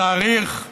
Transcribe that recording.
התאריך הוא